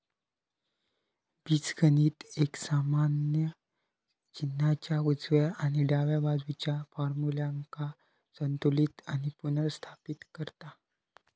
बीजगणित एक समान चिन्हाच्या उजव्या आणि डाव्या बाजुच्या फार्म्युल्यांका संतुलित आणि पुनर्स्थापित करता